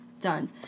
done